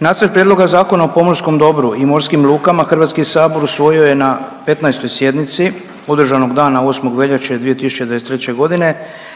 Nacrt Prijedloga Zakona o pomorskom dobru i morskim lukama HS usvojio je na 15. sjednici održanog dana 8. veljače 2023.g.,